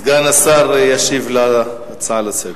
סגן השר ישיב על ההצעה לסדר-היום.